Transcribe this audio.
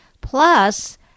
plus